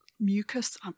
mucus